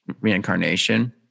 reincarnation